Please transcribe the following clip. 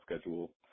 schedule